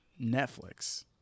Netflix